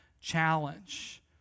challenge